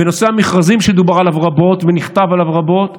בנושא המכרזים, שדובר עליו רבות ונכתב עליו רבות,